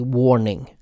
warning